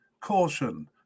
Caution